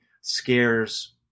scares